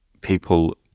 people